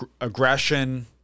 aggression